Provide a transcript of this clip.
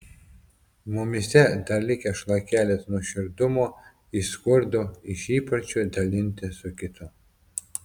mumyse dar likęs šlakelis nuoširdumo iš skurdo iš įpročio dalintis su kitu